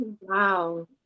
Wow